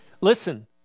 Listen